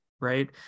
right